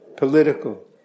political